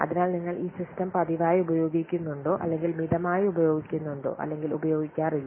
അതിനാൽ നിങ്ങൾ ഈ സിസ്റ്റം പതിവായി ഉപയോഗിക്കുന്നുണ്ടോ അല്ലെങ്കിൽ മിതമായി ഉപയോഗിക്കുന്നുണ്ടോ അല്ലെങ്കിൽ ഉപയോഗിക്കാറില്ല